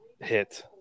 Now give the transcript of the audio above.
hit